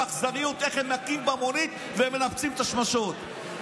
איך הם מכים במונית באכזריות ומנפצים את השמשות.